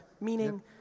Meaning